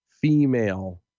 female